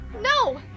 No